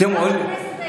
באמת,